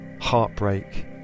heartbreak